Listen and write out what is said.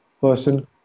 person